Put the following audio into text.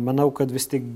manau kad vis tik